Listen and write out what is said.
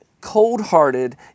cold-hearted